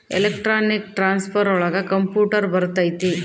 electronic transfer ಒಳಗ computer ಬರತೈತಿ